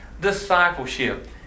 discipleship